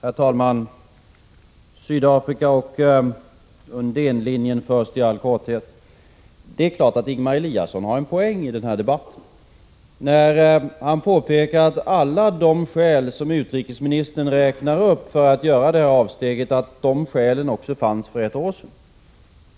Herr talman! Först om Sydafrika och Undénlinjen i all korthet. Det är klart att Ingemar Eliasson har en poäng i den här debatten, när han påpekar att alla de skäl som utrikesministern räknar upp för att göra avsteg från Undénlinjen också fanns för ett år sedan.